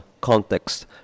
context